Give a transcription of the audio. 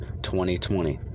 2020